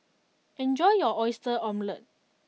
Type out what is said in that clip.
enjoy your Oyster Omelette